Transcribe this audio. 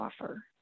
offer